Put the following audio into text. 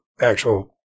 actual